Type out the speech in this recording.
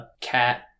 cat